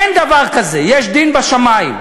אין דבר כזה, יש דין בשמים,